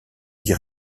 dit